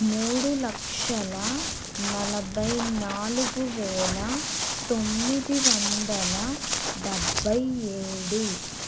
మూడు లక్షల నలబై నాలుగు వేల తొమ్మిది వందల డెబ్బై ఏడు